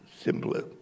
simpler